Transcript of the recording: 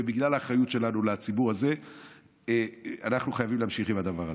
ובגלל האחריות שלנו לציבור הזה אנחנו חייבים להמשיך עם הדבר הזה.